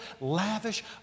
lavish